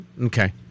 Okay